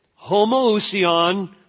Homoousion